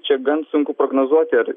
čia gan sunku prognozuoti ar